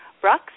Brooks